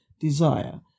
Desire